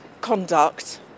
conduct